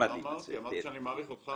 אמרתי שאני מעריך אותך.